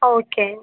okay